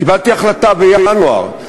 קיבלתי החלטה בינואר.